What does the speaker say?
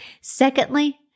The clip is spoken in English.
Secondly